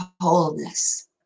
wholeness